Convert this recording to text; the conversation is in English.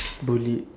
bullied